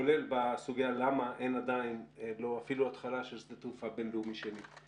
כולל בסוגיה למה אין עדיין אפילו התחלה של שדה תעופה בין-לאומי שני.